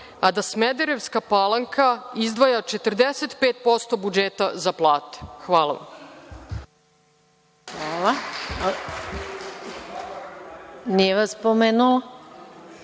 a da Smederevska Palanka izdvaja 45% budžeta za plate. Hvala